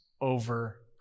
over